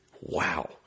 Wow